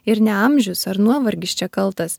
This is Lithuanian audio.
ir ne amžius ar nuovargis čia kaltas